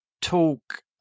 talk